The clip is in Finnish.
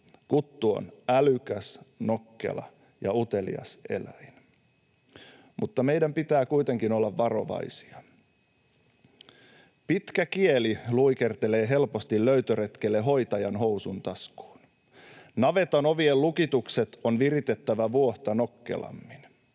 Kuttu on älykäs, nokkela ja utelias eläin. Mutta meidän pitää kuitenkin olla varovaisia. Pitkä kieli luikertelee helposti löytöretkelle hoitajan housuntaskuun. Navetan ovien lukitukset on viritettävä vuohta nokkelammin.